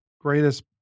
greatest